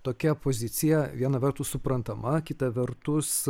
tokia pozicija viena vertus suprantama kita vertus